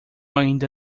ainda